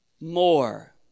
more